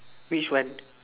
which one